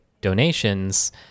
donations